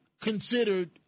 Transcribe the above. considered